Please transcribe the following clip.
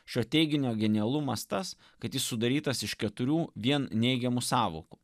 šio teiginio genialumas tas kad jis sudarytas iš keturių vien neigiamų sąvokų